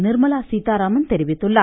நிர்மலா சீதாராமன் தெரிவித்துள்ளார்